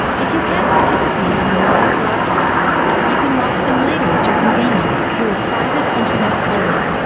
if you can't participate in the live broadcast you can watch them later at your convenience through a private internet portal.